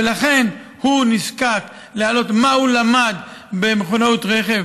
ולכן הוא נזקק להעלות מה הוא למד במכונאות רכב.